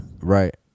right